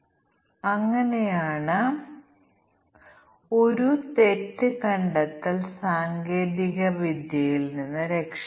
ഉദാഹരണത്തിന് ഇത് power point സോഫ്റ്റ്വെയറിനായുള്ള ഒരു ഫോണ്ട് ക്രമീകരണമാണെന്ന് നമുക്ക് പറയാം